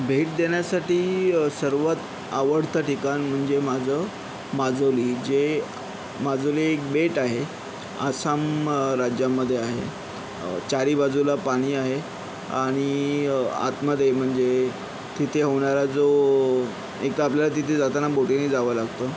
भेट देण्यासाठी सर्वात आवडतं ठिकाण म्हणजे माझं माजुली जे माजुली एक बेट आहे आसाम राज्यामध्ये आहे चारी बाजूला पाणी आहे आणि आतमध्ये म्हणजे तिथे होणारा जो एक तर आपल्याला तिथे जाताना बोटीने जावं लागतं